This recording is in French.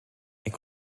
elle